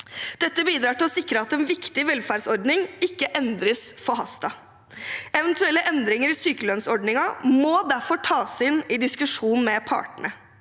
Dette bidrar til å sikre at en viktig velferdsordning ikke endres forhastet. Eventuelle endringer i sykelønnsordningen må derfor tas inn i diskusjon med partene.